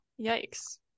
Yikes